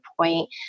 point